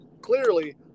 clearly